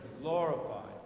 glorified